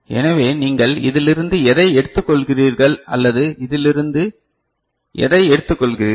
எனவே நீங்கள் இதிலிருந்து இதை எடுத்துக்கொள்கிறீர்கள் அல்லது இதிலிருந்து இதை எடுத்துக்கொள்கிறீர்கள்